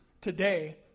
today